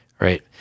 Right